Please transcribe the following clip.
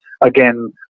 Again